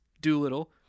Doolittle